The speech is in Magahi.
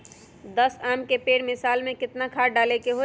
दस आम के पेड़ में साल में केतना खाद्य डाले के होई?